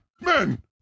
Men